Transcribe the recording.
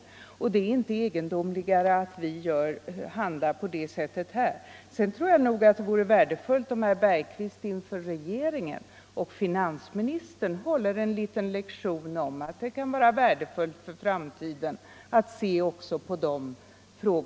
Det är inte egendomligare att vi handlar på det sättet i dag.